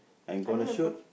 I don't have pot~